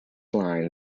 line